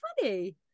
funny